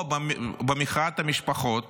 במחאת המשפחות